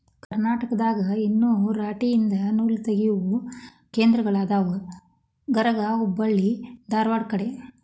ಕರ್ನಾಟಕದಾಗ ಇನ್ನು ರಾಟಿ ಯಿಂದ ನೂಲತಗಿಯು ಕೇಂದ್ರಗಳ ಅದಾವ ಗರಗಾ ಹೆಬ್ಬಳ್ಳಿ ಧಾರವಾಡ ಕಡೆ